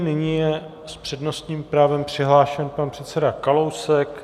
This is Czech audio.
Nyní je s přednostním právem přihlášen pan předseda Kalousek.